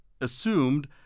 assumed